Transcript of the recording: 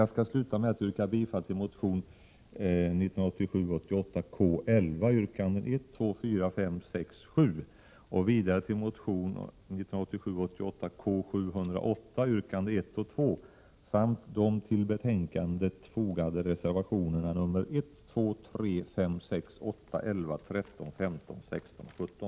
Jag skall sluta med att yrka bifall till motionerna 1987 88:K225 yrkande 2, 1986 88:708 yrkande 1 och 2. Vidare yrkar jag bifall till de till betänkandet fogade reservationerna 1, 2, 3, 5, 6, 8, 11, 13, 15, 16 och 17.